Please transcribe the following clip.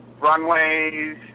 runways